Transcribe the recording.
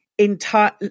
entire